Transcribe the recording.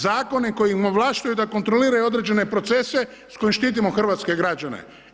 Zakone kojim ovlašćuju da kontroliraju određene procese s kojim štitimo hrvatske građane.